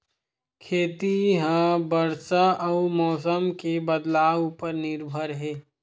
खेती हा बरसा अउ मौसम के बदलाव उपर निर्भर हे